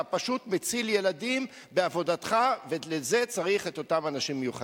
אתה פשוט מציל ילדים בעבודתך ולזה צריך את אותם אנשים מיוחדים.